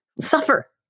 suffer